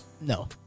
no